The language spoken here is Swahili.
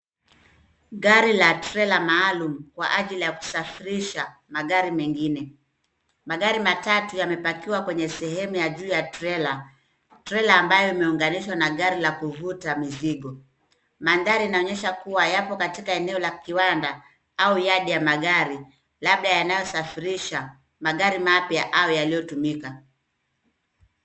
Gari la trela maalum kwa ajili ya kusafirisha magari mengine. Magari matatu yamepakiwa kwenye sehemu ya juu ya trela. Trela ambayo imeunganishwa na gari la kuvuta mizigo. Mandhari inaonyesha kuwa yapo katika eneo la kiwanda au yadi ya magari labda yanayosafirisha magari mapya au yaliyotumika.